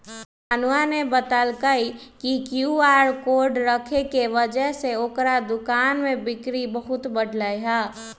रानूआ ने बतल कई कि क्यू आर कोड रखे के वजह से ओकरा दुकान में बिक्री बहुत बढ़ लय है